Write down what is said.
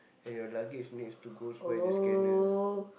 and your luggage needs to goes by the scanner